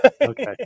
Okay